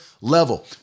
level